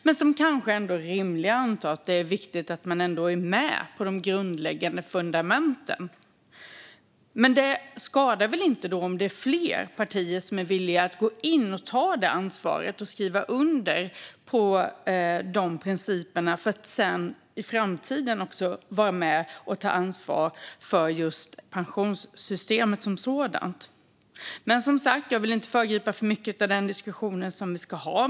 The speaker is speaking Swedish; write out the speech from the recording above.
Det är ändå rimligt att anta att det är viktigt att man är med på de grundläggande fundamenten. Men det skadar väl inte om det då är fler partier som är villiga att gå in och ta ansvar och skriva under på dessa principer för att sedan i framtiden vara med och ta ansvar för just pensionssystemet som sådant. Jag vill som sagt inte föregripa för mycket av den diskussion som ni ska ha.